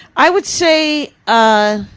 i would say, ah,